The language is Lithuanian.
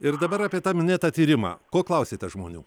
ir dabar apie tą minėtą tyrimą ko klausėte žmonių